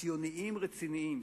ציונים רציניים,